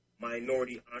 minority